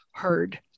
Heard